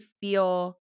feel